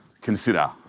consider